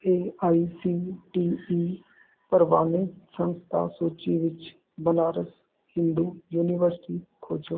A I C T E ਪ੍ਰਵਾਨਿਤ ਸੰਸਥਾ ਸੂਚੀ ਵਿੱਚ ਬਨਾਰਸ ਹਿੰਦੂ ਯੂਨੀਵਰਸਿਟੀ ਖੋਜੋ